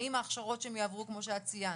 האם ההכשרות שהם יעברו, כמו שאת ציינת,